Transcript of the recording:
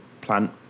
plant